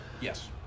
Yes